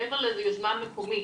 ליוזמה מקומית.